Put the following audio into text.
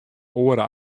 oare